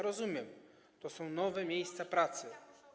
Rozumiem, to są nowe miejsca pracy.